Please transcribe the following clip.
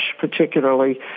particularly